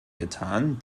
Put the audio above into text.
getan